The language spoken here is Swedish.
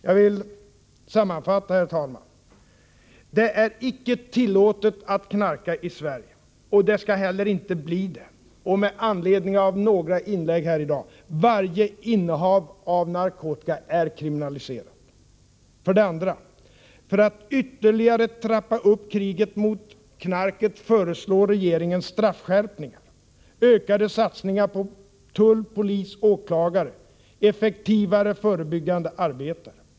Jag skall nu göra en sammanfattning, herr talman. För det första: Det är icke tillåtet att knarka i Sverige, och det skall inte heller bli det. Med anledning av några inlägg här i dag vill jag påpeka att varje innehav av narkotika är kriminaliserat. För det andra: För att ytterligare trappa upp kriget mot knarket föreslår regeringen straffskärpningar, ökade satsningar på tull, polis och åklagare samt effektivare förebyggande arbete.